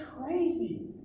crazy